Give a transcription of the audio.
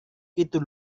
itu